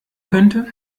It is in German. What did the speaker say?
könnte